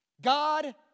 God